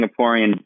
Singaporean